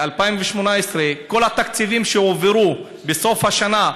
2018. כל התקציבים שהועברו בסוף השנה,